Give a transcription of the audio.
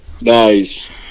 Nice